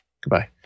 goodbye